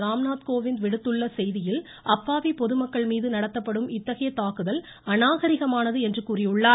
ராம்நாத் கோவிந்த் விடுத்துள்ள செய்தியில் அப்பாவி பொதுமக்கள்மீது நடத்தப்படும் இத்தகைய தாக்குதல் அநாகரிகமானது என கூறியுள்ளார்